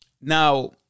Now